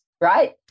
right